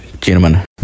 gentlemen